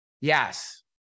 Yes